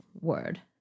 word